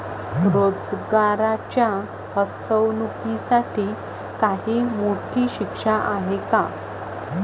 रोजगाराच्या फसवणुकीसाठी काही मोठी शिक्षा आहे का?